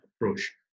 approach